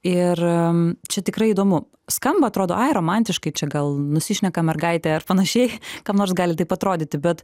ir čia tikrai įdomu skamba atrodo ai romantiškai čia gal nusišneka mergaitė ar panašiai kam nors gali taip atrodyti bet